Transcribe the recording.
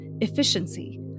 efficiency